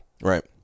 Right